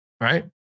Right